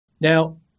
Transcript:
Now